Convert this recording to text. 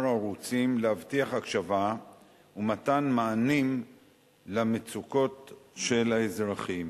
ערוצים להבטיח הקשבה ומתן מענים למצוקות של האזרחים.